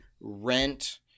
rent